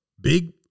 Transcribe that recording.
big